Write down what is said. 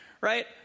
right